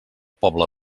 poble